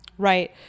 Right